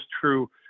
true